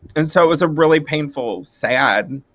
and so it was a really painful sad